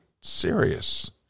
serious